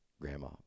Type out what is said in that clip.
grandma